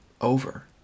over